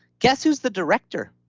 guess who's the director?